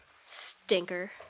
Stinker